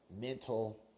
mental